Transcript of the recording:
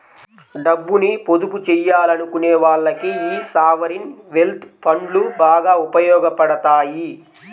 డబ్బుని పొదుపు చెయ్యాలనుకునే వాళ్ళకి యీ సావరీన్ వెల్త్ ఫండ్లు బాగా ఉపయోగాపడతాయి